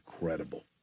incredible